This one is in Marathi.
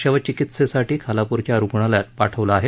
शव चिकित्सेसाठी खालाप्रच्या रूग्णालयात पाठवलं आहे